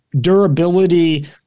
durability